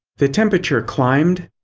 the temperature climbed,